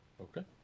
Okay